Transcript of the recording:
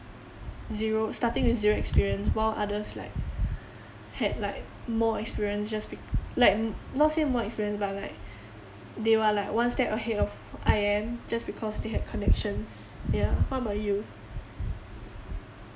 zero starting with zero experience while others like had like more experience just bec~ like not say more experienced but like they w~ are one step ahead of I am just because they had connections ya how about you